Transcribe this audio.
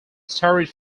storied